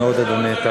תודה רבה.